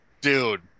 dude